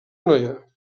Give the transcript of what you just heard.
noia